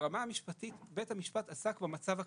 ברמה המשפטית בית המשפט עסק במצב הקיים.